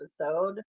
episode